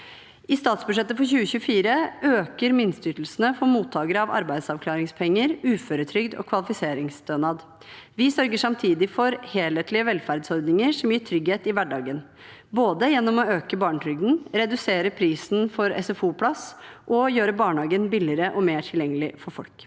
I statsbudsjettet for 2024 øker minsteytelsene for mottakere av arbeidsavklaringspenger, uføretrygd og kvalifiseringsstønad. Vi sørger samtidig for helhetlige velferdsordninger som gir trygghet i hverdagen, både gjennom å øke barnetrygden, redusere prisen for SFO-plass og gjøre barnehagen billigere og mer tilgjengelig for folk.